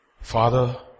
Father